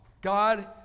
God